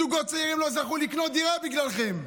זוגות צעירים לא זכו לקנות דירה בגללכם.